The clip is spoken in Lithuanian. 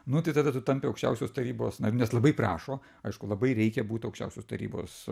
nu tada tu tampi aukščiausios tarybos nariu nes labai prašo aišku labai reikia būt aukščiausios tarybos